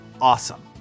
awesome